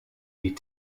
die